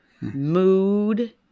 mood